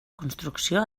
construcció